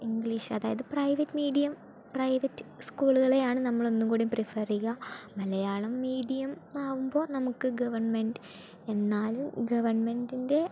English അതായത് private medium private സ്കൂളുകളെയാണ് നമ്മൾ ഒന്നുകൂടി പ്രിഫർ ചെയ്യുക മലയാളം മീഡിയം ആകുമ്പോൾ നമുക്ക് ഗവൺമെന്റ് എന്നാലും ഗവൺമെന്റിൻ്റെ